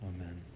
Amen